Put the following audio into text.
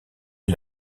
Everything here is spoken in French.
est